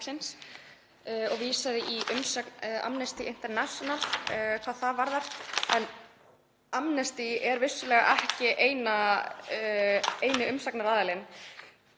og vísaði í umsögn Amnesty International hvað það varðar. Amnesty er vissulega ekki eini umsagnaraðilinn